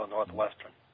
Northwestern